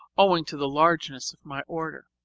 owing to the largeness of my order.